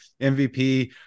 MVP